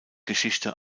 geschichte